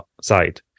side